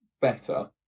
better